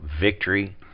victory